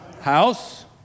House